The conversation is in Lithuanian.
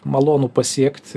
malonu pasiekt